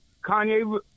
Kanye